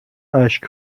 اشک